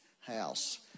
house